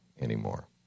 anymore